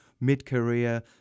Mid-career